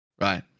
Right